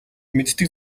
мэддэг